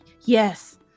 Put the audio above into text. Yes